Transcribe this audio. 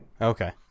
Okay